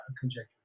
conjecture